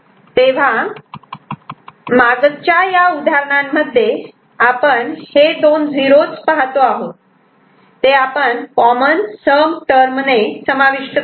तेव्हा मागच्या या उदाहरणांमध्ये आपण हे दोन 0's पाहतो आहोत ते आपण कॉमन सम टर्मणे समाविष्ट करू